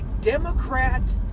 Democrat